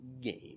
game